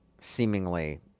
seemingly